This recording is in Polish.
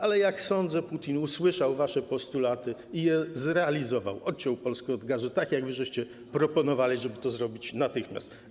Ale jak sądzę, Putin usłyszał wasze postulaty i je zrealizował, odciął Polskę od gazu - tak jak wy proponowaliście, żeby to zrobić - natychmiast.